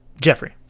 Jeffrey